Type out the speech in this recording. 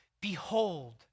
behold